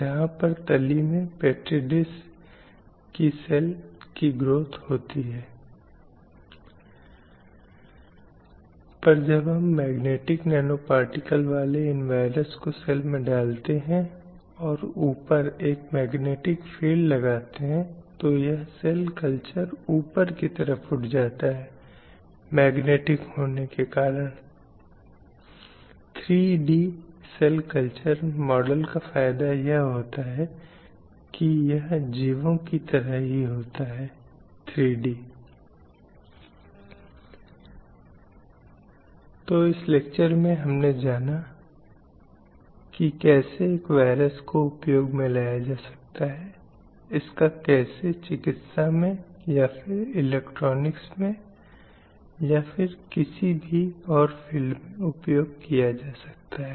चाहे परिवार में यह निजी क्षेत्र में भी हो सकता है पितृसत्ता निजी क्षेत्र में हो सकती है या यह सार्वजनिक क्षेत्र में हो सकती है इसलिए जहां हम निजी क्षेत्र के संदर्भ में बात करते हैं पिता प्रधान होता है सार्वजनिक क्षेत्र में यह कोई अन्य पुरुष हो सकता है एक कर्मचारी जो वहाँ है जो महिला श्रमिकों के संबंध में उसी प्रकार के प्रभुत्व का प्रयोग करने की कोशिश करता है